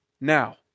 Now